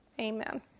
Amen